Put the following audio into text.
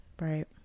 right